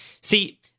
See